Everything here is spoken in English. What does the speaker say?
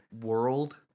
world